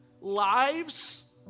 lives